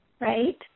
right